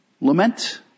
lament